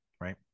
right